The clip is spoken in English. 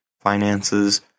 finances